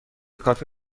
کافی